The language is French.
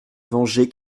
vengé